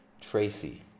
Tracy